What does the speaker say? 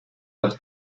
los